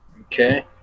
Okay